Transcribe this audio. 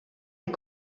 est